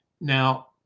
Now